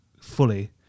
fully